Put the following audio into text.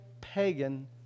pagan